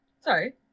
Sorry